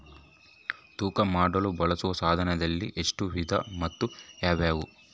ತೂಕ ಮಾಡಲು ಬಳಸುವ ಸಾಧನಗಳಲ್ಲಿ ಎಷ್ಟು ವಿಧ ಮತ್ತು ಯಾವುವು?